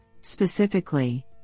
Specifically